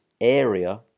area